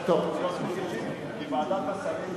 כי ועדת השרים,